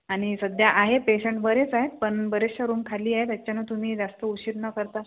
आणि सध्या आहे पेशंट बरेच आहे पण बरेचशा रूम खाली आहे त्याच्यानं तुम्ही जास्त उशीर न करता